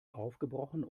aufgebrochen